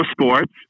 sports